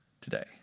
today